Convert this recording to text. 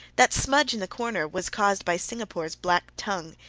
that smudge in the corner was caused by singapore's black tongue.